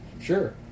Sure